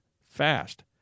fast